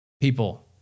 People